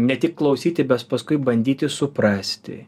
ne tik klausyti paskui bandyti suprasti